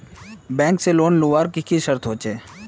Bank से loan लुबार की की शर्त होचए?